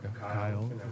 Kyle